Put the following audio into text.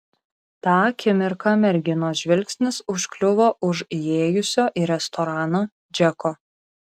tą akimirką merginos žvilgsnis užkliuvo už įėjusio į restoraną džeko